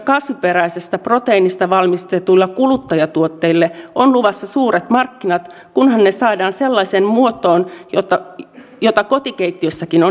kasvuperäisestä proteiinista valmistetuille kuluttajatuotteille on luvassa suuret markkinat kunhan ne saadaan sellaiseen muotoon jota kotikeittiössäkin on helppo käyttää